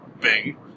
Bing